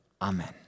Amen